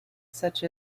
such